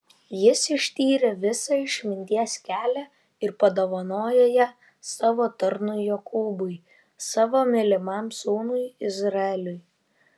jis ištyrė visą išminties kelią ir padovanojo ją savo tarnui jokūbui savo mylimam sūnui izraeliui